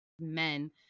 men